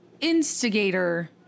instigator